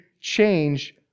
change